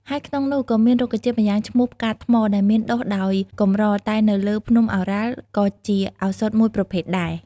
ហើយក្នុងនោះ ក៏មានរុក្ខជាតិម្យ៉ាងឈ្មោះផ្កាថ្ម ដែលមានដុះដោយកម្រតែនៅលើភ្នំឱរ៉ាល់ក៏ជាឱសថ ១ ប្រភេទដែរ។